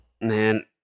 Man